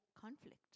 conflict